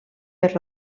per